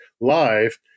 live